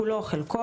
כולו או חלקו,